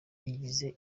igize